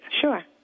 Sure